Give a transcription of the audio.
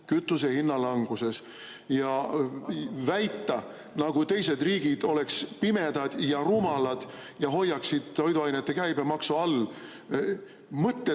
kütuse hinna languses. Väita, nagu teised riigid oleksid pimedad ja rumalad ja hoiaksid toiduainete käibemaksu all mõttetult,